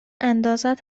اندازت